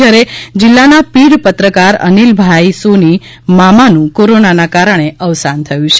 જ્યારે જિલ્લાના પીઢ પત્રકાર અનીલભાઇ સોની મામા નું કોરોનાના કારણે અવસાન થયું છે